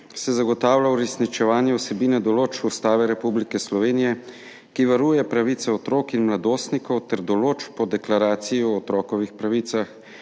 se zagotavlja uresničevanje vsebine določb Ustave Republike Slovenije, ki varuje pravice otrok in mladostnikov, ter določb Deklaracije o otrokovih pravicah,